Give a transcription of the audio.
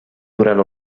durant